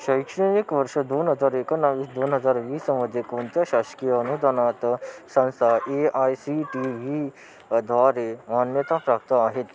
शैक्षणिक वर्ष दोन हजार एकोणवीस दोन हजार वीसमध्ये कोणत्या शासकीय अनुदानात संस्था A I C T E द्वारे मान्यताप्राप्त आहेत